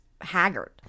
haggard